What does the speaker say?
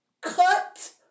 cut